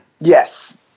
yes